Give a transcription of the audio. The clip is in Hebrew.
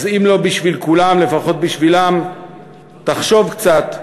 אז אם לא בשביל כולם, לפחות בשבילם תחשוב קצת.